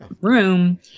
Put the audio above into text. room